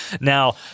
Now